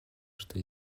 что